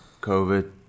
COVID